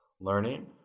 learning